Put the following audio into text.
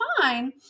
fine